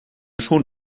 schon